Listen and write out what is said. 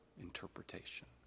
interpretation